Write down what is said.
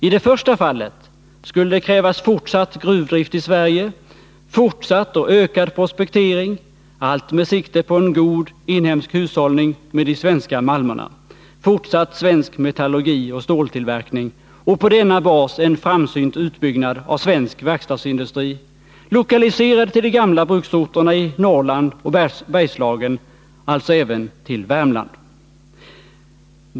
I det första fallet skulle det krävas fortsatt gruvdrift i Sverige, fortsatt och ökad prospektering, allt med sikte på en god inhemsk hushållning med de svenska malmerna, fortsatt svensk metallurgi och ståltillverkning och på denna bas en framsynt utbyggnad av svensk verkstadsindustri, lokaliserad till de gamla bruksorterna i Norrland och Bergslagen, alltså även till Värmland.